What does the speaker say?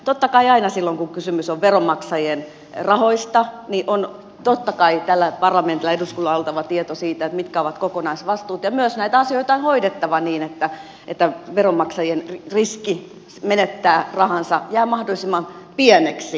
totta kai aina silloin kun kysymys on veronmaksajien rahoista on tällä parlamentilla eduskunnalla oltava tieto siitä mitkä ovat kokonaisvastuut ja myös näitä asioita on hoidettava niin että veronmaksajien riski menettää rahansa jää mahdollisimman pieneksi